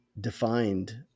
defined